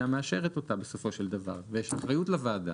מאשרת אותה בסופו של דבר ויש אחריות לוועדה.